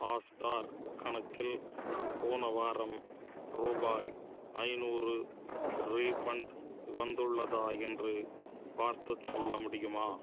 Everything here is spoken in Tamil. ஹாட்ஸ்டார் கணக்கில் போன வாரம் ரூபாய் ஐநூறு ரீஃபண்ட் வந்துள்ளதா என்று பார்த்துச் சொல்ல முடியுமா